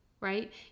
right